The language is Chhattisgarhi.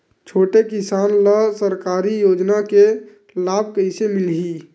छोटे किसान ला सरकारी योजना के लाभ कइसे मिलही?